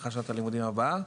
פתיחת שנת הלימודים הבאה.